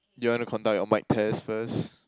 you wanna conduct your mic test first